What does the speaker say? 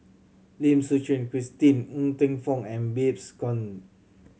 Lim Suchen Christine Ng Teng Fong and Babes Conde